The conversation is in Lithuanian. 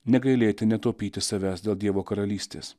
negailėti netaupyti savęs dėl dievo karalystės